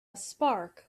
spark